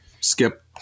Skip